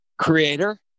creator